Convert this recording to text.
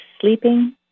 sleeping